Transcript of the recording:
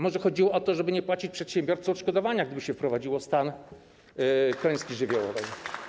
Może chodziło o to, żeby nie płacić przedsiębiorcom odszkodowania, gdyby został wprowadzony stan klęski żywiołowej.